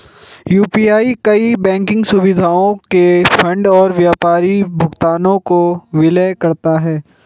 UPI कई banking सुविधाओं के फंड और व्यापारी भुगतानों को विलय करता है